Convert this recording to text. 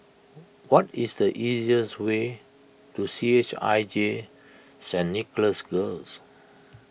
what is the easiest way to C H I J Saint Nicholas Girls